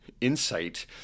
insight